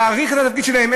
להעריך את התפקיד שלהם,